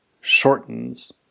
shortens